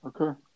Okay